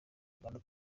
uganda